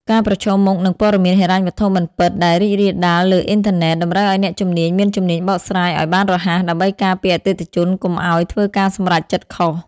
ការប្រឈមមុខនឹងព័ត៌មានហិរញ្ញវត្ថុមិនពិតដែលរីករាលដាលលើអ៊ីនធឺណិត តម្រូវឱ្យអ្នកជំនាញមានជំនាញបកស្រាយឱ្យបានរហ័ស ដើម្បីការពារអតិថិជនកុំឱ្យធ្វើការសម្រេចចិត្តខុស។